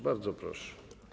Bardzo proszę.